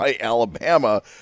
Alabama